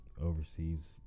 overseas